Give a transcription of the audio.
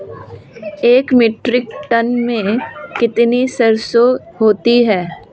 एक metric ton में कितनी सरसों होती है?